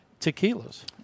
tequilas